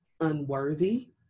unworthy